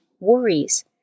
Worries